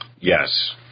yes